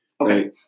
okay